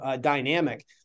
dynamic